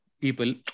people